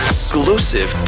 Exclusive